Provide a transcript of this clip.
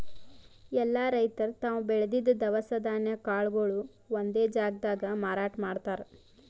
ಎಲ್ಲಾ ರೈತರ್ ತಾವ್ ಬೆಳದಿದ್ದ್ ದವಸ ಧಾನ್ಯ ಕಾಳ್ಗೊಳು ಒಂದೇ ಜಾಗ್ದಾಗ್ ಮಾರಾಟ್ ಮಾಡ್ತಾರ್